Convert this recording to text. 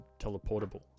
Teleportable